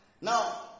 Now